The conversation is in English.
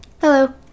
Hello